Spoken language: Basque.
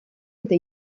eta